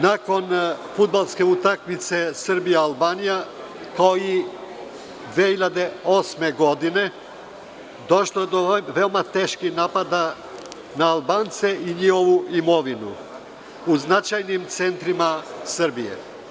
Nakon fudbalske utakmice Srbija – Albanija, kao i 2008. godine, došlo je do veoma teških napada na Albance i njihovu imovinu u značajnim centrima Srbije.